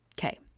Okay